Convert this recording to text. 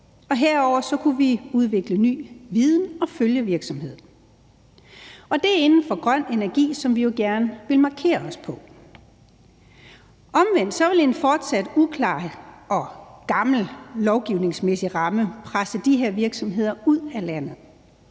og herudover kunne vi udvikle ny viden og følgevirksomhed. Og det er inden for grøn energi, som vi jo gerne vil markere os på. Omvendt vil en fortsat uklar og gammel lovgivningsmæssig ramme presse de her virksomheder ud af landet,